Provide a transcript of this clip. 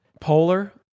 polar